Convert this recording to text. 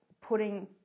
putting